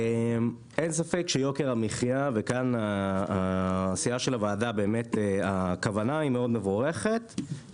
העשייה והכוונה של הוועדה מבורכת מאוד בנושא יוקר המחייה.